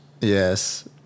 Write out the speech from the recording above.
Yes